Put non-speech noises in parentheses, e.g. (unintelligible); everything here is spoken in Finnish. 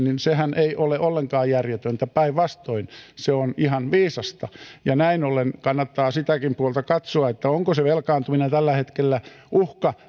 (unintelligible) niin sehän ei ole ollenkaan järjetöntä päinvastoin se on ihan viisasta näin ollen kannattaa katsoa sitäkin puolta onko se velkaantuminen tällä hetkellä uhka